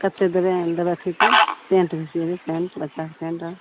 कतेक देबै अन्दर अथीके पेंट भी सियेबै पेंट बच्चाके पेंट आर